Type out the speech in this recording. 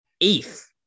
eighth